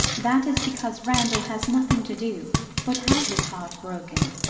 that is because randall has nothing to do but have his heart broken.